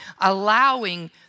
allowing